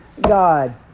God